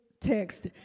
text